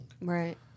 Right